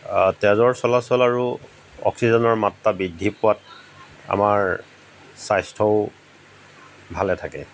তেজৰ চলাচল আৰু অক্সিজেনৰ মাত্ৰা বৃদ্ধি পোৱাত আমাৰ স্বাস্থ্যও ভালে থাকে